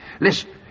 Listen